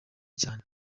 cyane